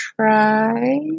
try